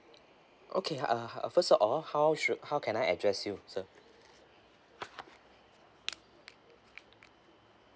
okay uh uh first of all how should how can I address you sir